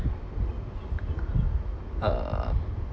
err